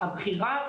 בהקשר של סיכונים,